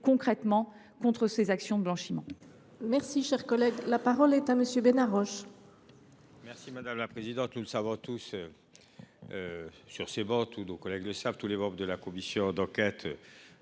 concrètement contre les actions de blanchiment.